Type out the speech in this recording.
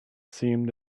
seemed